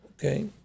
Okay